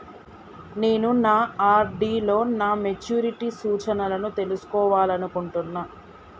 నేను నా ఆర్.డి లో నా మెచ్యూరిటీ సూచనలను తెలుసుకోవాలనుకుంటున్నా